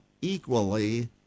equally